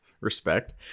Respect